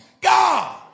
God